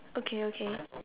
okay okay